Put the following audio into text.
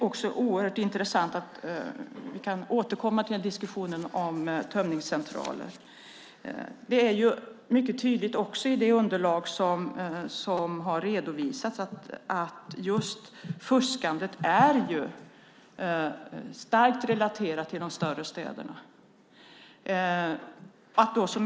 Vi kan återkomma till diskussionen om tömningscentraler. Det är mycket tydligt i det underlag som har redovisats att just fuskandet är starkt relaterat till de större städerna.